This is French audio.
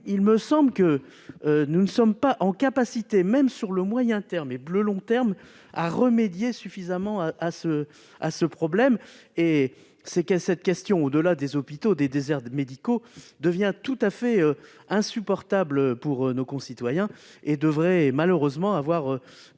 il me semble que nous ne sommes pas en mesure, même sur les moyen et long termes, de remédier suffisamment à ce problème. Cette question, au-delà des hôpitaux et des déserts médicaux, devient tout à fait insupportable pour nos concitoyens et devrait malheureusement avoir